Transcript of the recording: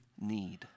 need